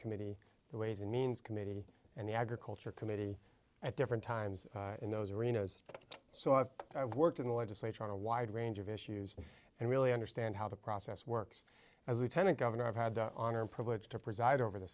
committee the ways and means committee and the agriculture committee at different times in those arenas so i've worked in the legislature on a wide range of issues and really understand how the process works as we tend to govern i have had the honor and privilege to preside over the